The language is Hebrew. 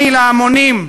עוני להמונים.